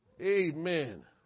Amen